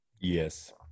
yes